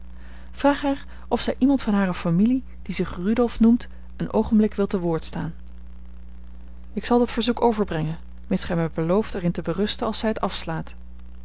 vraag haar of zij iemand van hare familie die zich rudolf noemt een oogenblik wil te woord staan ik zal dat verzoek overbrengen mits gij mij belooft er in te berusten als zij het afslaat